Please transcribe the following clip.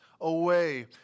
away